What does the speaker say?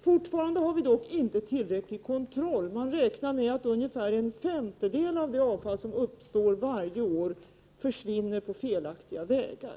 Fortfarande har vi inte tillräcklig kontroll över denna hantering. Man räknar med att ungefär en femtedel av det avfall som årligen uppstår försvinner på felaktiga vägar.